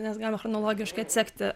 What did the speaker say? nes galim chronologiškai atsekti